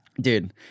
Dude